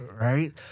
right